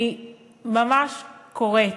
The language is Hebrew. אני ממש קוראת